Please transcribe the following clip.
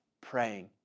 praying